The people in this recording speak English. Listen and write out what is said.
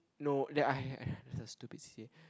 no that I had had it's a stupid C_C_A